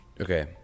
okay